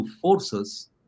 forces